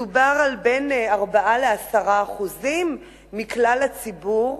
מדובר ב-4% 10% מכלל הציבור,